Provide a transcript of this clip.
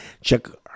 check